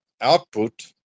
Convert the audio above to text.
output